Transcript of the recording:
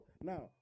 now